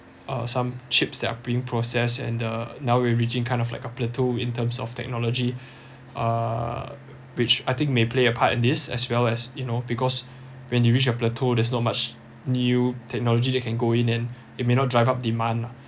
uh some chips that are being processed and uh now it reaching kind of like a plateau in terms of technology uh which I think may play a part in this as well as you know because when you reach a plateau there's no much new technology that can go in then it may not drive up demand lah